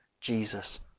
Jesus